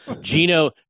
Gino